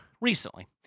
recently